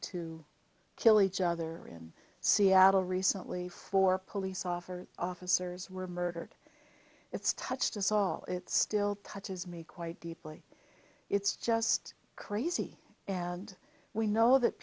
to kill each other in seattle recently for police officer officers were murdered it's touched us all it's still touches me quite deeply it's just crazy and we know that